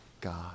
God